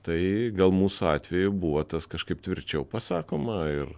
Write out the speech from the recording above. tai gal mūsų atveju buvo tas kažkaip tvirčiau pasakoma ir